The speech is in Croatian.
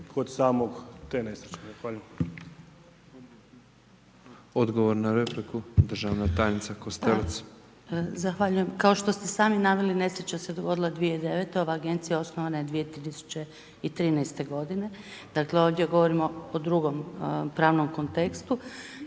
Odgovor na repliku državna tajnica Burić.